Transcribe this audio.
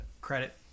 credit